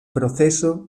proceso